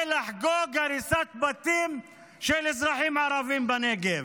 לחגוג הריסת בתים של אזרחים ערבים בנגב.